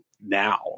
now